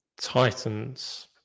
Titans